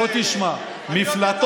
בוא תשמע, בוא תשמע.